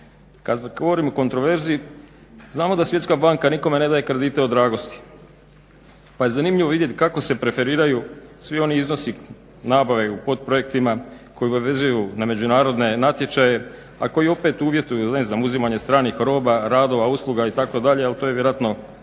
Kada govorim o kontroverzi znamo da Svjetska banka nikome ne daje kredite od dragosti pa je zanimljivo vidjeti kako se preferiraju svi oni iznosi nabave u potprojektima koji obavezuju na međunarodne natječaje, a koji opet uvjetuju ne znam uzimanje stranih roba, radova i usluga itd.